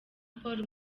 paul